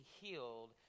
healed